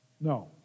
No